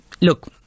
Look